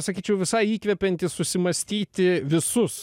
sakyčiau visai įkvepianti susimąstyti visus